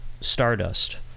stardust